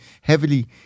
heavily